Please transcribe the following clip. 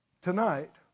tonight